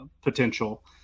potential